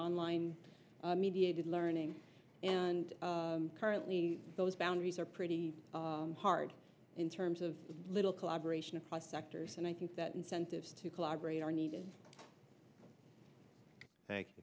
online mediated learning and currently those boundaries are pretty hard in terms of little collaboration across sectors and i think that incentives to collaborate are needed